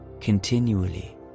continually